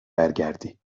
برگردی